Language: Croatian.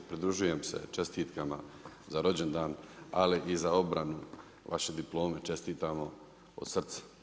Pridružujem se čestitkama za rođendan, ali i za obranu vaše diplome, čestitamo od srca.